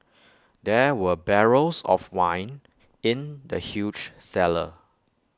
there were barrels of wine in the huge cellar